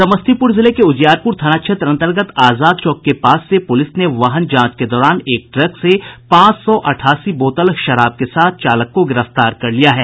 समस्तीपुर जिले के उजियारपुर थाना क्षेत्र अंतर्गत आजाद चौक के पास से पुलिस ने वाहन जांच के दौरान एक ट्रक से पांच सौ अठासी बोतल शराब के साथ चालक को गिरफ्तार कर लिया है